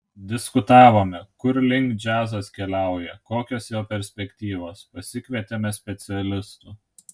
diskutavome kur link džiazas keliauja kokios jo perspektyvos pasikvietėme specialistų